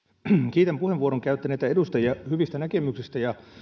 kiitän puheenvuoron käyttäneitä edustajia hyvistä näkemyksistä ja